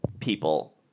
People